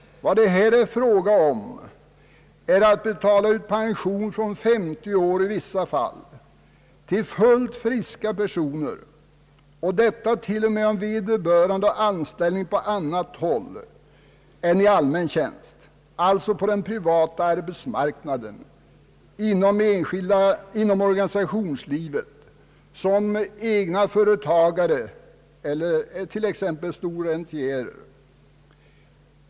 Vad det här är fråga om är att betala ut pension, i vissa fall från 50 år, till fullt friska personer, detta t.o.m. om vederbörande har anställning på annat håll än i allmän tjänst, alltså på den privata arbetsmarknaden eller inom organisationslivet eller om han bereder sig inkomster som egen företagare eller t.ex. storrentier.